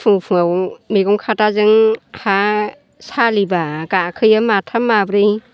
फुं फुंआव मैगं खादाजों हा सालिब्ला गाखोयो माथाम माब्रै